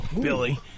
Billy